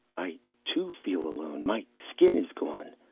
i, too, feel alone. my skin is gone,